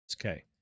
Okay